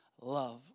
love